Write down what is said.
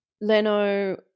Leno